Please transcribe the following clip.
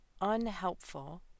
unhelpful